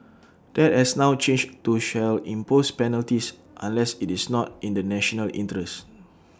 that has now changed to shall impose penalties unless IT is not in the national interest